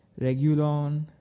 Regulon